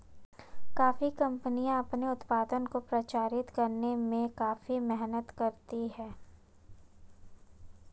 coffee कंपनियां अपने उत्पाद को प्रचारित करने में काफी मेहनत करती हैं